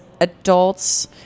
adults